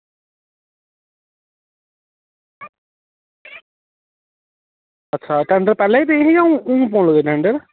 अच्छा टेंडर पैह्लें बी पेदे हे जां हून भी पौन लगे न टेंडर